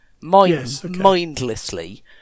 Mindlessly